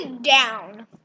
down